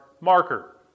marker